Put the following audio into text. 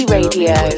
Radio